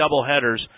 doubleheaders